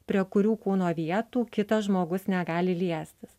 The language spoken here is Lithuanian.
prie kurių kūno vietų kitas žmogus negali liestis